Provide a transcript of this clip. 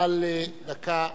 על דקה.